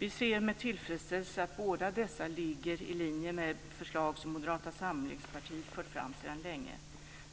Vi ser med tillfredsställelse att båda dessa ligger i linje med förslag som Moderata samlingspartiet har fört fram sedan länge.